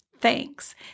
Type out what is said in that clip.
thanks